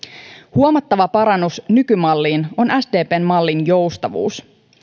huomattava parannus nykymalliin on sdpn mallin joustavuus